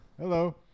Hello